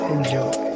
Enjoy